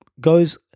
goes